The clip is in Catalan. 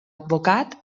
advocat